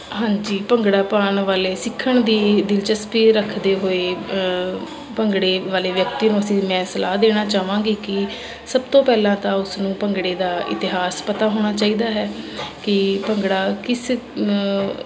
ਹਾਂਜੀ ਭੰਗੜਾ ਪਾਉਣ ਵਾਲੇ ਸਿੱਖਣ ਦੀ ਦਿਲਚਸਪੀ ਰੱਖਦੇ ਹੋਏ ਭੰਗੜੇ ਵਾਲੇ ਵਿਅਕਤੀ ਨੂੰ ਅਸੀਂ ਮੈਂ ਸਲਾਹ ਦੇਣਾ ਚਾਹਾਂਗੀ ਕਿ ਸਭ ਤੋਂ ਪਹਿਲਾਂ ਤਾਂ ਉਸ ਨੂੰ ਭੰਗੜੇ ਦਾ ਇਤਿਹਾਸ ਪਤਾ ਹੋਣਾ ਚਾਹੀਦਾ ਹੈ ਕਿ ਭੰਗੜਾ ਕਿਸ